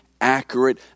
accurate